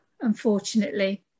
unfortunately